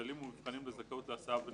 (כללים ומבחנים לזכאות להסעה ולליווי),